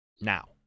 Now